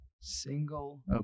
Single